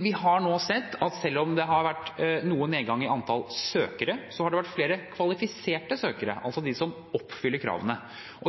vi har nå sett at selv om det har vært noe nedgang i antall søkere, har det vært flere kvalifiserte søkere, altså de som oppfyller kravene.